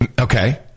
Okay